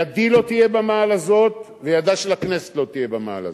ידי לא תהיה במעל הזה וידה של הכנסת לא תהיה במעל הזה.